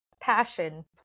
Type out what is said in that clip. passion